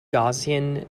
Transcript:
gaussian